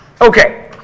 okay